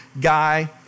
guy